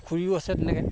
পুখুৰীও আছে তেনেকৈ